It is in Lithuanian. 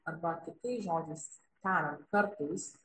arba kitais žodžiais tariant kartais